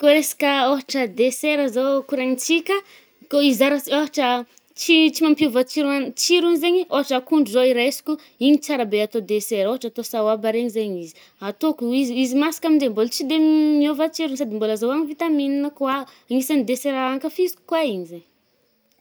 Koà resaka ôhatra desera zao koragnintsika, kô izara-ts- ôhatra tsy tsy mampiôva tsirogna-tsirony zaigny. Ôhatra akondro zao iraisiko, igny tsara be atao desera, ôhatra atao saoaba regny zaigny izy. Atôko izy, izy masaka aminje, bôla tsy de miôva tsiro sady mbô azaoagna vitamina koà. Anisagn’ny desera ankafiziko koà igny zay.